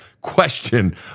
question